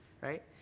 right